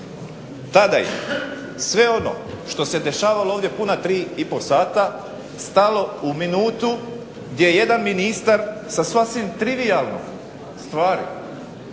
Tada je sve ono što se dešavalo ovdje puna 3,5 sata stalo u minutu gdje jedan ministar sa sasvim trivijalnom stvari